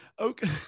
Okay